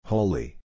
Holy